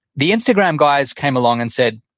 the instagram guys came along and said,